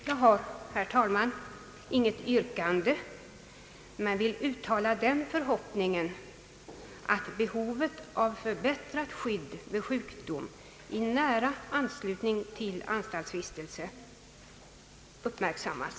Jag har, herr talman, inte något yrkande men vill uttala den förhoppningen att behovet av förbättrat skydd vid :sjukdom i nära anslutning till anstaltsvistelse uppmärksammas.